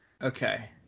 Okay